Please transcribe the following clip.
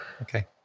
Okay